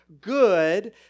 good